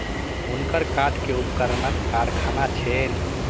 हुनकर काठ के उपकरणक कारखाना छैन